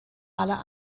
aller